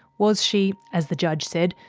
was she, as the judge said,